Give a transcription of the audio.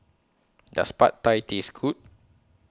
Does Pad Thai Taste Good